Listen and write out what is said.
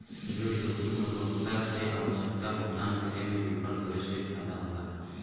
ऋण जोखिम उधारकर्ता से आवश्यक भुगतान करे में विफल होये से पैदा होला